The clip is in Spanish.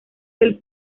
del